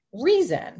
reason